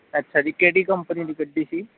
ਅੱਛਾ ਜੀ ਕਿਹੜੀ ਕੰਪਨੀ ਦੀ ਗੱਡੀ ਸੀ